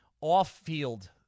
off-field